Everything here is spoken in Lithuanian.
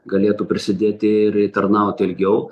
galėtų prisidėti ir tarnauti ilgiau